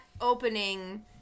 opening